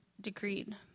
decreed